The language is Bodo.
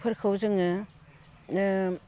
जोङो